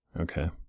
Okay